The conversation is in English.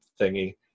thingy